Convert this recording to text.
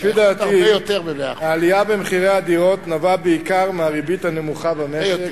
לפי דעתי העלייה במחירי הדירות נבעה בעיקר מהריבית הנמוכה במשק,